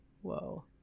Whoa